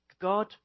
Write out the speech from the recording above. God